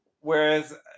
Whereas